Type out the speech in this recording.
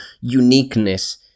uniqueness